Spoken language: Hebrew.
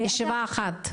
ישיבה אחת,